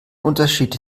unterschied